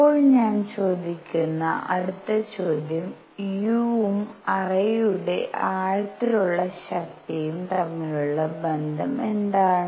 അപ്പോൾ ഞാൻ ചോദിക്കുന്ന അടുത്ത ചോദ്യം u ഉം അറയുടെ ആഴത്തിലുള്ള ശക്തിയും തമ്മിലുള്ള ബന്ധം എന്താണ്